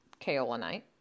kaolinite